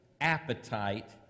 appetite